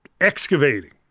excavating